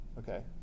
Okay